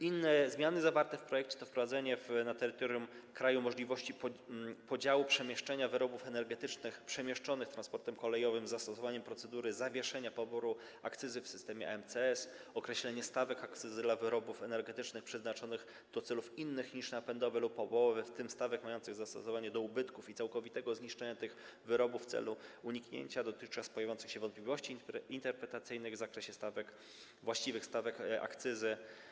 Inne zmiany zawarte w projekcie to: wprowadzenie na terytorium kraju możliwości podziału przemieszczenia wyrobów energetycznych przemieszczonych transportem kolejowym z zastosowaniem procedury zawieszenia poboru akcyzy w systemie EMCS, określenie stawek akcyzy dla wyrobów energetycznych przeznaczonych do celów innych niż napędowe lub opałowe, w tym stawek mających zastosowanie do ubytków i całkowitego zniszczenia tych wyrobów, w celu uniknięcia dotychczas pojawiających się wątpliwości interpretacyjnych w zakresie stosowania właściwych stawek akcyzy.